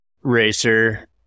racer